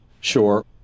Sure